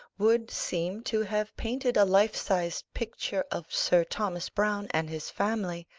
would seem to have painted a life-sized picture of sir thomas browne and his family,